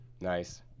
Nice